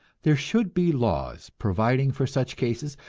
there should be laws providing for such cases,